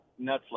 Netflix